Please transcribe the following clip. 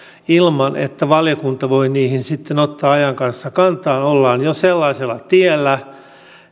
ilman että valiokunta voi niihin ottaa ajan kanssa kantaa ollaan jo sellaisella tiellä